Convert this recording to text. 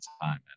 time